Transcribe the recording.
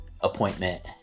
appointment